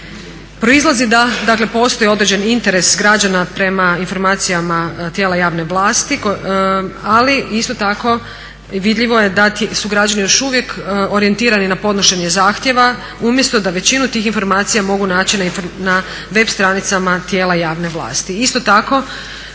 Proizlazi da postoji određeni interes prema informacijama tijela javne vlasti, ali isto tako vidljivo je da su građani još uvijek orijentirani na podnošenje zahtjeva umjesto da većinu tih informacija mogu naći na web stranicama tijela javne vlasti.